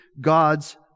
God's